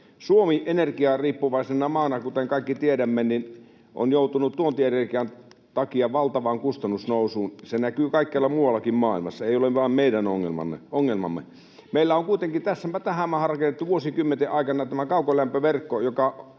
Suomi energiariippuvaisena maana, kuten kaikki tiedämme, on joutunut tuontienergian takia valtavaan kustannusnousuun. Se näkyy kaikkialla muuallakin maailmassa — ei ole vain meidän ongelmamme. Meillä on kuitenkin tähän maahan rakennettu vuosikymmenten aikana tämä kaukolämpöverkko,